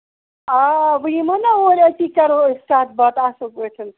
آ بہٕ یِمو نہ اور أتی کرو أسۍ کَتھ باتھ اَصٕل پٲٹھۍ